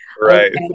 Right